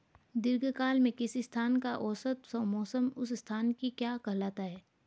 दीर्घकाल में किसी स्थान का औसत मौसम उस स्थान की क्या कहलाता है?